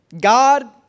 God